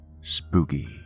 Spooky